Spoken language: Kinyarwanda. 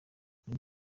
muri